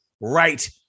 right